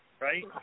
right